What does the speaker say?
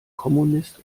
kommunist